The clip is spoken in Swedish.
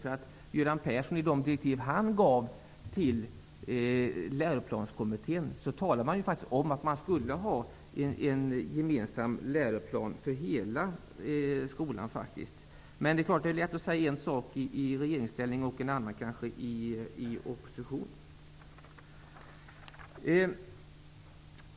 I de direktiv Göran Persson gav till Läroplanskommittén talas det ju faktiskt om att det skall finnas en gemensam läroplan för hela skolan. Men det är kanske lätt att säga en sak i regeringsställning och en annan i opposition.